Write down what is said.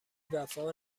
وفا